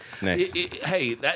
Hey